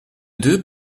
deux